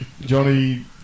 Johnny